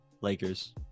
Lakers